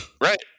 Right